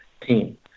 team